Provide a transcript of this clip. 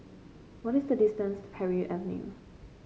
what is the distance to Parry Avenue